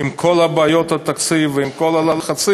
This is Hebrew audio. עם כל הבעיות של התקציב ועם כל הלחצים,